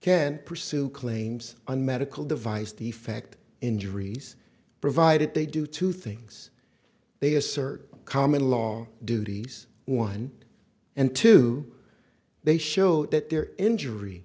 can pursue claims on medical device the fact injuries provided they do two things they are certain common law duties one and two they show that there injury